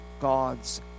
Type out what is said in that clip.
God's